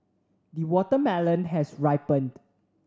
the watermelon has ripened